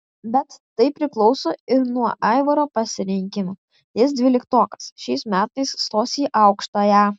bet tai priklauso ir nuo aivaro pasirinkimo jis dvyliktokas šiais metais stos į aukštąją